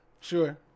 Sure